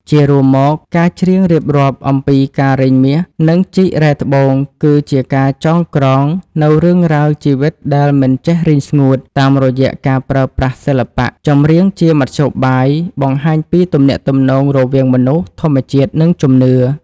ជារួមមក ការច្រៀងរៀបរាប់អំពីការរែងមាស និងជីករ៉ែត្បូង គឺជាការចងក្រងនូវរឿងរ៉ាវជីវិតដែលមិនចេះរីងស្ងួត តាមរយៈការប្រើប្រាស់សិល្បៈចម្រៀងជាមធ្យោបាយបង្ហាញពីទំនាក់ទំនងរវាងមនុស្ស ធម្មជាតិ និងជំនឿ។